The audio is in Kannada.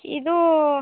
ಇದು